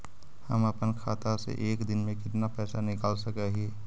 हम अपन खाता से एक दिन में कितना पैसा निकाल सक हिय?